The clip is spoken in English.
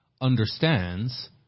understands